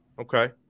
Okay